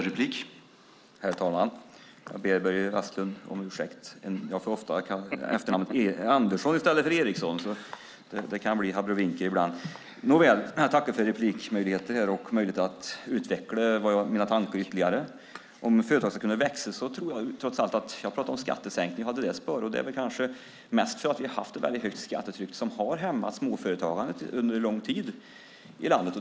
Herr talman! Jag ber om ursäkt, Börje Vestlund. Själv får jag ofta efternamnet Andersson i stället för Eriksson. Ibland blir det abrovinker. Nåväl, jag tackar för möjligheten till replik och till att ytterligare få utveckla mina tankar. När det gäller företags möjligheter att växa talar jag trots allt om skattesänkningar och det spåret, kanske mest därför att vi haft ett väldigt högt skattetryck som under en lång tid har hämmat småföretagandet i landet.